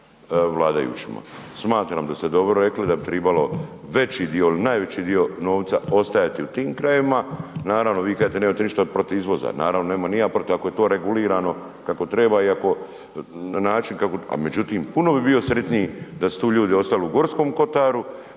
Smatram da ste dobro rekli da bi tribalo veći dio, najveći dio novca ostajati u tim krajevima, naravno vi kažete nemate ništa protiv izvoza, naravno nemam ni ja protiv ako je to regulirano kako treba iako, na način, međutim puno bi bio sritniji da su tu ljudi ostali u Gorskom kotaru,